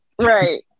Right